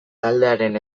taldearen